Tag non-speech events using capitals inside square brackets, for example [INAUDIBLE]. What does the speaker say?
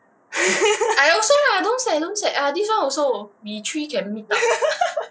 [LAUGHS] [LAUGHS]